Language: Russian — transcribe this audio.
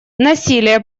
насилие